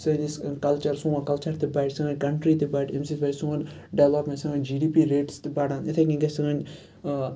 سٲنِس کَلچَر سون کَلچَر تہِ بَڑٕ سٲنۍ کَنٹری تہِ بَڑٕ امہِ سۭتۍ بَڑٕ سون ڈٮ۪ولَپمنٹ سٲنۍ جی ڈی پی ریٹٕس تہِ بَڑن یِتھے کٔنۍ گَژھِ سٲنۍ